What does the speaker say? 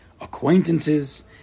acquaintances